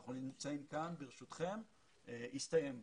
שאנחנו נמצאים כאן ברשותכם יסתיים בו.